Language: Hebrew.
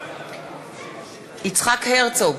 יצחק הרצוג,